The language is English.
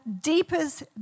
deepest